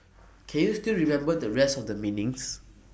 can you still remember the rest of the meanings